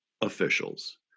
officials